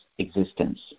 existence